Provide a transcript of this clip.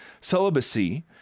celibacy